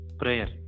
prayer